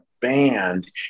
band